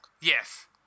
Yes